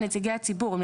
הם נציגי הציבור.